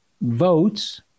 votes